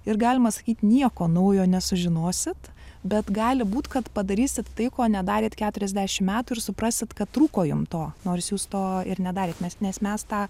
ir galima sakyt nieko naujo nesužinosit bet gali būt kad padarysit tai ko nedarėt keturiasdešim metų ir suprasit kad trūko jum to nors jūs to ir nedarėt mes nes mes tą